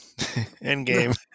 Endgame